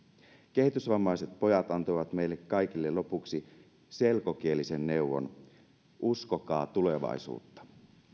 kehitysvammaiset pojat antoivat meille kaikille lopuksi selkokielisen neuvon uskokaa tulevaisuutta